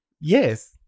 Yes